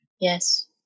Yes